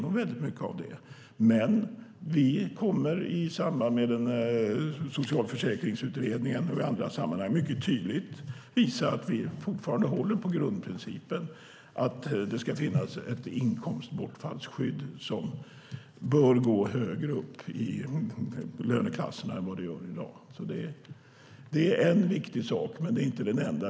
Men i samband med Socialförsäkringsutredningen och i andra sammanhang kommer vi att mycket tydligt visa att vi fortfarande håller på grundprincipen: Det ska finnas ett inkomstbortfallsskydd som bör gå högre upp i löneklasserna än det gör i dag. Det är en viktig sak, alltså inte den enda.